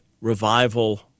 Revival